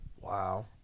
Wow